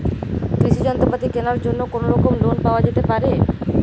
কৃষিযন্ত্রপাতি কেনার জন্য কোনোরকম লোন পাওয়া যেতে পারে?